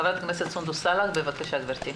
חברת הכנסת סונדוס סאלח, בבקשה, גברתי.